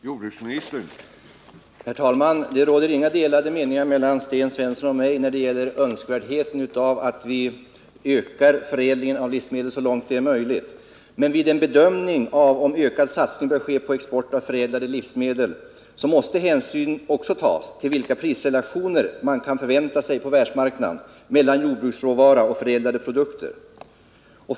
Herr talman! Det råder inga delade meningar mellan Sten Svensson och mig när det gäller önskvärdheten av att vi ökar förädlingen av livsmedel så långt det är möjligt. Men vid en bedömning av om ökad satsning bör ske på export av förädlade livsmedel måste hänsyn också tas till vilka prisrelationer mellan jordbruksråvara och förädlade produkter som man kan förvänta sig på världsmarknaden.